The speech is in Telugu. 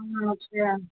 ఆ ఓకే